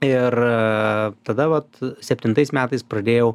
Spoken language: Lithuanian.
ir tada vat septintais metais pradėjau